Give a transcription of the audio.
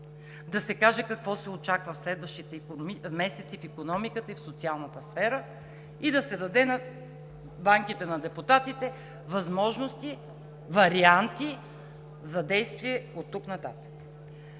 да се каже какво се очаква в следващите месеци в икономиката и в социалната сфера и да се раздадат по банките на депутатите възможности, варианти за действие оттук нататък.